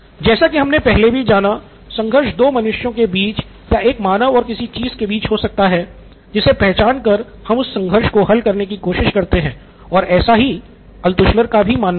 जैसा की हमने पहले भी जाना संघर्ष दो मनुष्यों के बीच या एक मानव और किसी चीज़ के बीच हो सकता है जिसे पहचान कर हम उस संघर्ष को हल करने की कोशिश करते हैं और ऐसा ही अल्त्शुलर का भी मानना था